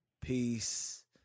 Peace